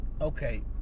okay